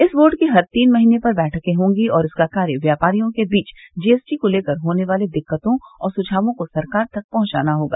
इस बोर्ड की हर तीन महीने पर बैठके होंगी और इसका कार्य व्यापारियों के बीच जीएसटी को लेकर होने वाली दिक्कतों और सुझायों को सरकार तक पहुंचाना होगा